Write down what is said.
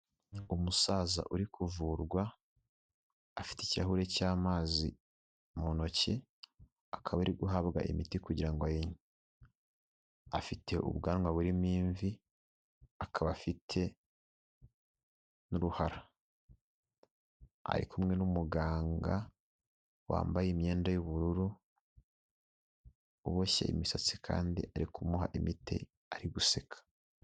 Umusaza uri kuvurwa, afite ikirahure cy'amazi mu ntoki, akaba ari guhabwa imiti kugira ngo ayinywe, afite ubwanwa burimo imvi, akaba afite n'uruhara, ari kumwe n'umuganga, wambaye imyenda y'ubururu, uboshye imisatsi kandi ari kumuha imiti, ari guseka.